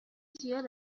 زیاد